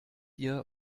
ihr